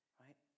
right